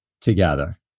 together